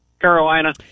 Carolina